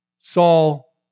Saul